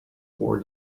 for